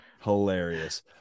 Hilarious